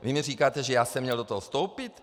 Vy mi říkáte, že já jsem měl do toho vstoupit?